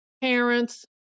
parents